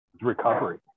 Recovery